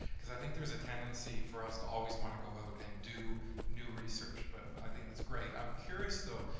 cause i think there's a tendency for us to always wanna go out and do new research, but i think that's great. i'm curious, though,